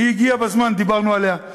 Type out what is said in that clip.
הנה, היא הגיעה בזמן, דיברנו עליה.